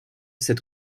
cette